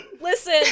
Listen